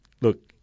look